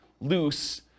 loose